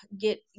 get